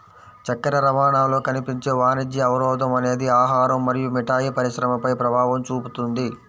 చక్కెర రవాణాలో కనిపించే వాణిజ్య అవరోధం అనేది ఆహారం మరియు మిఠాయి పరిశ్రమపై ప్రభావం చూపుతుంది